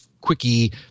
quickie